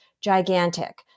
gigantic